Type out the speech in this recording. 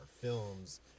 films